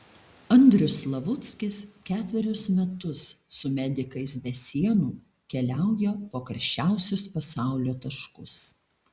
andrius slavuckis ketverius metus su medikais be sienų keliauja po karščiausius pasaulio taškus